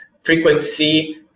frequency